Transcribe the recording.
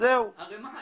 אני